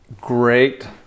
great